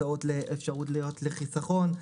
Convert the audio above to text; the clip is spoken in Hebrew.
הצעות לאפשרות לחיסכון,